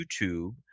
YouTube